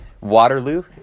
Waterloo